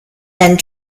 and